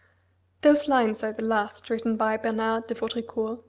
those lines are the last written by bernard de vaudricourt.